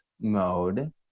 mode